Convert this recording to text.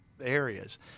Areas